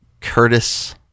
Curtis